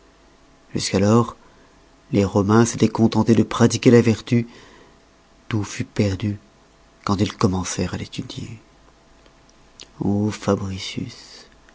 jusqu'alors les romains s'étoient contentés de pratiquer la vertu tout fut perdu quand ils commencèrent à l'étudier